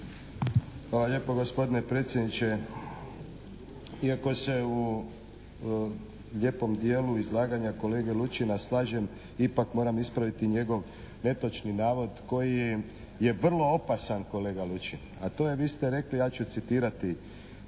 Hvala lijepa gospodine predsjedniče. Iako se u lijepom dijelu izlaganja kolege Lučina slažem ipak moram ispraviti njegov netočni navod koji je vrlo opasan kolega Lučin. A to je, vi ste rekli, ja ću citirati: